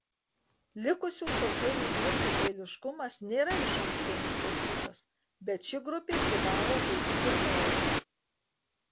likusių šokėjų grupių eiliškumas nėra iš anksto nustatytas bet ši grupė privalo būti pirmoji